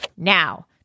Now